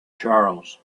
charles